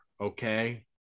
okay